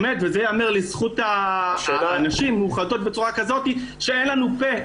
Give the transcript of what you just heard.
וזה ייאמר לזכות הנשים שמאוחדות בצורה כאת שאין לנו פה.